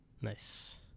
Nice